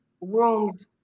rooms